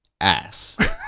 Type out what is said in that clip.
ass